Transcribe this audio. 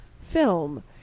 film